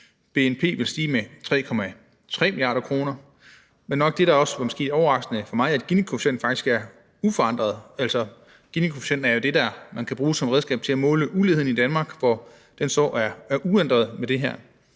bnp vil stige med 3,3 mia. kr., men det, der nok også var overraskende for mig, er, at Ginikoefficienten faktisk er uforandret. Ginikoefficienten er jo det, man kan bruge som redskab til at måle uligheden i Danmark, og den er så uændret med det her.